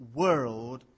world